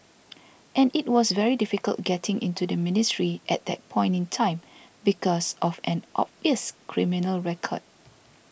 and it was very difficult getting into the ministry at that point in time because of an obvious criminal record